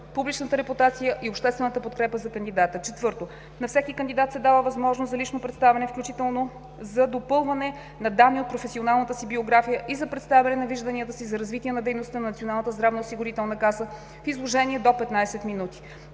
публичната репутация и обществената подкрепа за кандидата. 4. На всеки кандидат се дава възможност за лично представяне, включително за допълване на данни от професионалната си биография и за представяне на вижданията си за развитие на дейността на Националната здравноосигурителна каса в изложение до 15 минути.